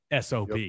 SOB